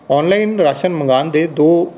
online ਰਾਸ਼ਨ ਮੰਗਾਉਣ ਦੇ ਦੋ